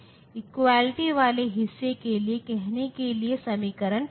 तो अब आपूर्ति वोल्टेज 1 वोल्ट की सीमा में है